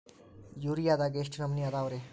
ಯೂರಿಯಾದಾಗ ಎಷ್ಟ ನಮೂನಿ ಅದಾವ್ರೇ?